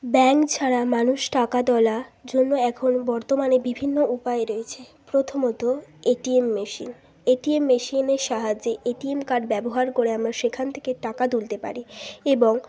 bank ছাড়া মানুষ টাকা তোলা জন্য এখন বর্তমানে বিভিন্ন উপায় রয়েছে প্রথমত A T M machine A T M মেশিনের সাহায্যে এ টি এম কার্ড ব্যবহার করে আমরা সেখান থেকে টাকা তুলতে পারি এবং